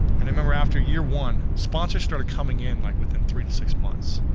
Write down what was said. and i remember after year one, sponsors started coming in, like within three to six months.